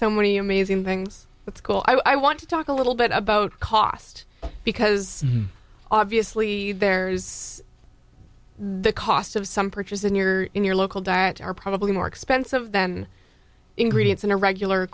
many amazing things let's go i want to talk a little bit about cost because obviously there is the cost of some purchase in your in your local diet are probably more expensive than ingredients in a regular